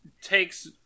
takes